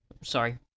sorry